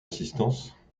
assistance